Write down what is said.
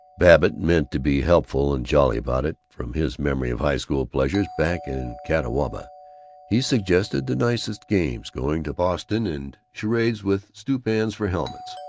babbitt meant to be helpful and jolly about it. from his memory of high-school pleasures back in catawba he suggested the nicest games going to boston, and charades with stew-pans for helmets,